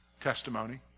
Testimony